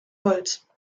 holz